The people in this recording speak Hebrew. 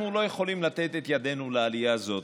אנחנו לא יכולים לתת את ידנו לעלייה הזאת,